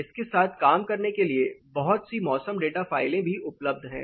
इसके साथ काम करने के लिए बहुत सी मौसम डेटा फाइलें भी उपलब्ध हैं